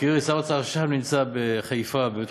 אגב, שר האוצר עכשיו נמצא בחיפה, ברמב"ם.